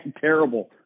terrible